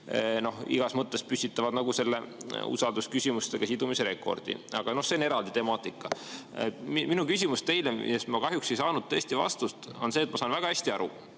igas mõttes püstitavad selle usaldusküsimusega sidumise rekordi. Aga see on eraldi temaatika. Minu küsimus teile, ma kahjuks ei saanud tõesti vastust, on see. Ma saan väga hästi aru,